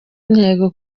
intego